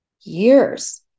years